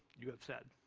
you have said,